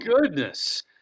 goodness